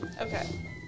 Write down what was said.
Okay